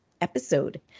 episode